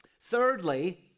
Thirdly